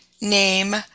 name